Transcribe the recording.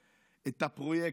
את הפרויקט.